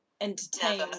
entertain